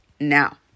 now